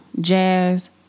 Jazz